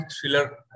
thriller